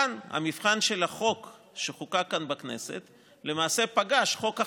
כאן המבחן של החוק שחוקק כאן בכנסת למעשה פגש חוק אחר,